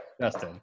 Justin